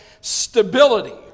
stability